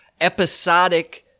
episodic